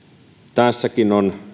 tässäkin on